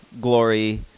glory